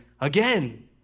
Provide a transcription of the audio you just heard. Again